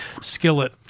Skillet